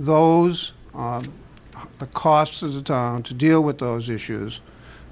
those are the costs of the time to deal with those issues